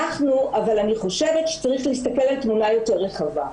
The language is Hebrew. אבל אני חושבת שצריך להסתכל על תמונה יותר רחבה.